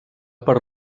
per